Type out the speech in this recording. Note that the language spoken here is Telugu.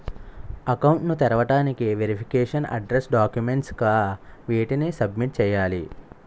అకౌంట్ ను తెరవటానికి వెరిఫికేషన్ అడ్రెస్స్ డాక్యుమెంట్స్ గా వేటిని సబ్మిట్ చేయాలి?